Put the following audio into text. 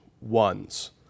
ones